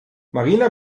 marina